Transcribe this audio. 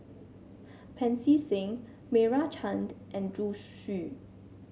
Pancy Seng Meira Chand and Zhu Xu